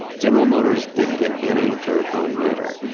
general motors didn't get any dirt on nader,